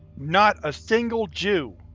not a single jew,